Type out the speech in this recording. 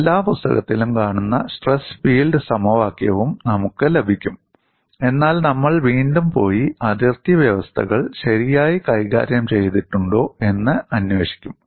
എല്ലാ പുസ്തകത്തിലും കാണുന്ന സ്ട്രെസ് ഫീൽഡ് സമവാക്യവും നമുക്ക് ലഭിക്കും എന്നാൽ നമ്മൾ വീണ്ടും പോയി അതിർത്തി വ്യവസ്ഥകൾ ശരിയായി കൈകാര്യം ചെയ്തിട്ടുണ്ടോ എന്ന് അന്വേഷിക്കും